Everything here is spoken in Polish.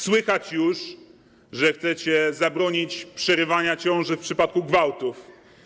Słychać już, że chcecie zabronić przerywania ciąży w przypadku gwałtów.